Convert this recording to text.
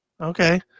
Okay